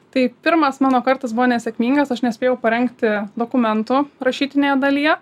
tai pirmas mano kartas buvo nesėkmingas aš nespėjau parengti dokumentų rašytinėje dalyje